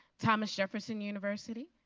thomas jefferson university,